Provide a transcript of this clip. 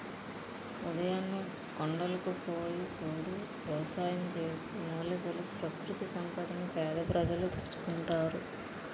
ఉదయాన్నే కొండలకు పోయి పోడు వ్యవసాయం చేసి, మూలికలు, ప్రకృతి సంపదని పేద ప్రజలు తెచ్చుకుంటారు